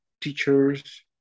teachers